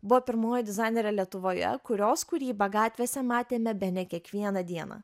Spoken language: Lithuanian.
buvo pirmoji dizainerė lietuvoje kurios kūrybą gatvėse matėme bene kiekvieną dieną